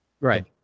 Right